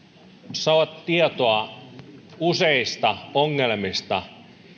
saatu tietoa useista ongelmista